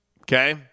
Okay